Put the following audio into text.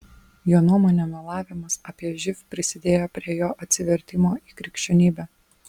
jo nuomone melavimas apie živ prisidėjo prie jo atsivertimo į krikščionybę